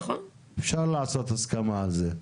אפשר לעשות הסכמה על זה.